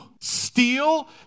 steal